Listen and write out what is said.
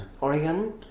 Oregon